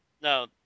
No